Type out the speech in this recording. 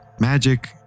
magic